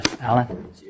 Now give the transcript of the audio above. Alan